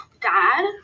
dad